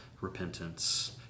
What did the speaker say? repentance